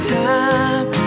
time